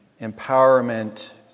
empowerment